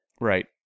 right